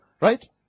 right